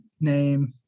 name